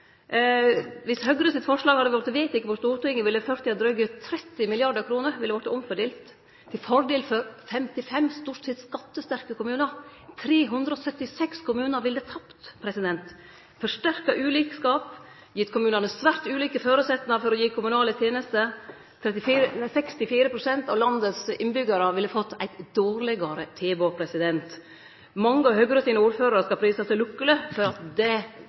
Høgre sitt forslag hadde vorte vedteke i Stortinget, ville 40 av dryge 30 mrd. kr vorte omfordelte til fordel for 55 stort sett skattesterke kommunar. 376 kommunar ville tapt, det ville ført til forsterka ulikskap, og det ville gitt kommunane svært ulike føresetnader for å yte kommunale tenester. 64 pst. av landets innbyggjarar ville fått eit dårlegare tilbod. Mange av Høgre sine ordførarar skal prise seg lukkeleg for at det